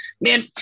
Man